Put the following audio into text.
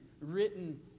written